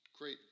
great